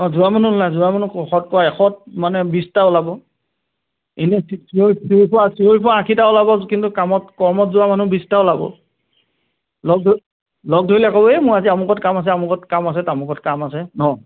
অঁ যোৱা মানুহ হ'ল নে নাই যোৱা মানুহ শতকৰা এশত মানে বিশটা ওলাব এনেই চিঞৰি কোৱা চিঞৰি কোৱা আশীটা ওলাব কিন্তু কামত কৰ্মত যোৱা মানুহ বিশটা ওলাব লগ ধৰি লগ ধৰিলে ক'বেই মোৰ আজি অমুকত কাম আছে আমুকত কাম আছে তামুকত কাম আছে ন